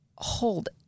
Hold